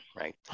right